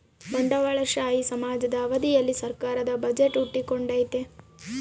ಬಂಡವಾಳಶಾಹಿ ಸಮಾಜದ ಅವಧಿಯಲ್ಲಿ ಸರ್ಕಾರದ ಬಜೆಟ್ ಹುಟ್ಟಿಕೊಂಡೈತೆ